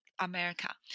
America